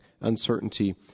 uncertainty